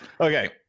Okay